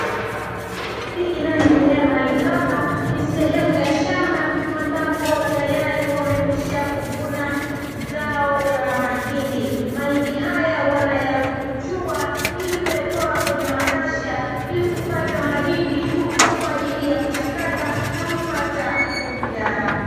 Shughuli inayoendelea mahali hapa ni sehemu ya shamba, ambapo tayari wamekwisha kuvuna zao la mahindi. Mahindi haya wanayapukuchua ili kuyatoa kwenye makasha, ili kupata mahindi tu kwa ajili ya kuchakata na kupata unga.